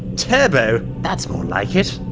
turbo that's more like it!